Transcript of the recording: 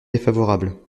défavorable